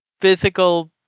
physical